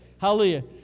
Hallelujah